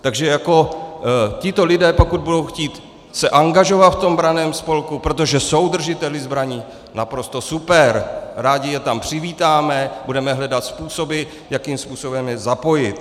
Takže tito lidé, pokud se budou chtít angažovat v tom branném spolku, protože jsou držiteli zbraní, naprosto super, rádi je tam přivítáme, budeme hledat způsoby, jakým způsobem je zapojit.